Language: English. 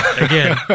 again